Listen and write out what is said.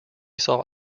saw